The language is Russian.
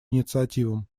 инициативам